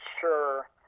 sure –